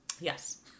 Yes